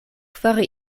fari